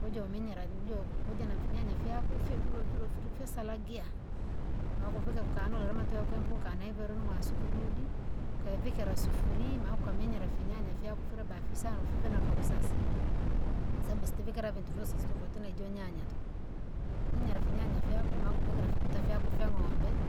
Ujo umenyera nujo kuja na finyanya fyaku fyavirwa virwa vilifyosa lagia, ma ukuvika kukanula kama kanaivo urimwasu kidudi! Ukaivikira sufuri ma ukamenyara finyanya fyako vila bafisa nufife na kausasi. Sabu sitivikira vyosi tofauti najo nyanya tuku, nyanya ulifinyanya fyako ma ukavikira fikuta fyako fya ng'ombe,